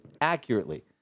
accurately